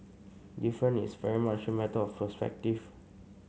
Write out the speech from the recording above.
different is very much a matter of perspective